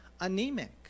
anemic